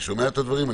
אני שומע את הדברים,